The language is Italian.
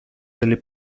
delle